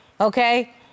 Okay